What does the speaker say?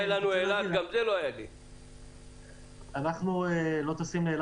בסך הכול נטו אנחנו מקבלים פה סדר גודל של 32 מיליון דולר.